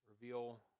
reveal